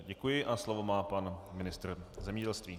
Děkuji a slovo má pan ministr zemědělství.